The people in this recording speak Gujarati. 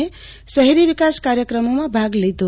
તેઓ શહેરી વિકાસ કાર્યક્રમોમાં ભાગ લીધો